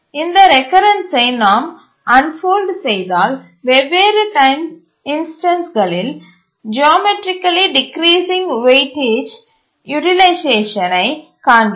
இந்த ரெகரென்ஸ்சை நாம் அண்போல்ட் செய்தால் வெவ்வேறு டைம் இன்ஸ்டன்ஸ்களில் ஜியோமெட்ரிக்கலி டிக்கிரிசிங் வெயிட்டேஜ் யூட்டிலைசேஷனை காண்கிறோம்